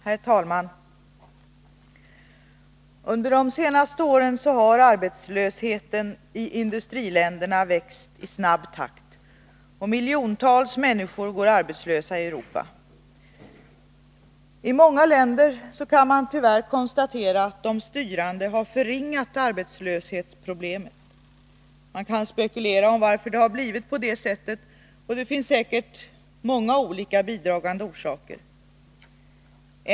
Herr talman! Under de senaste åren har arbetslösheten i industriländerna växt i snabb takt, och miljontals människor går arbetslösa i Europa. Man kan tyvärr konstatera att de styrande i många länder har förringat arbetslöshetsproblemet. Man kan spekulera om varför det har blivit på det här sättet. Det finns säkert många bidragande orsaker.